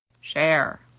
Share